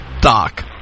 Doc